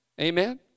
amen